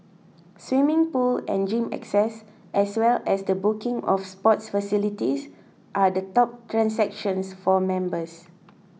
swimming pool and gym access as well as the booking of sports facilities are the top transactions for members